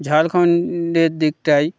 ঝাড়খন্ডের দিকটাই